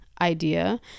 idea